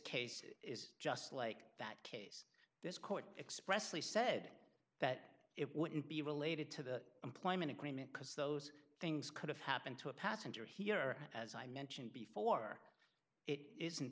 case is just like that case this court expressly said that it wouldn't be related to the employment agreement because those things could have happened to a passenger here as i mentioned before it isn't